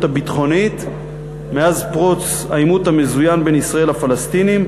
הביטחונית מאז פרוץ העימות המזוין בין ישראל לפלסטינים,